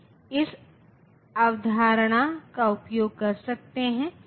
और यहाँ truth table कुछ इस तरह होगी